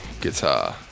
guitar